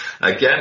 Again